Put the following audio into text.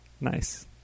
Nice